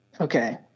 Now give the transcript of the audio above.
Okay